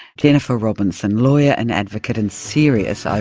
jennifer robinson, lawyer and advocate and serious ah